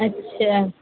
اچھا